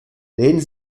lehnen